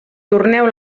torneu